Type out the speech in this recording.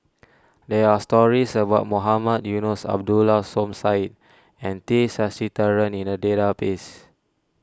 there are stories about Mohamed Eunos Abdullah Som Said and T Sasitharan in the database